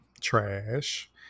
trash